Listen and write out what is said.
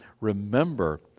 remember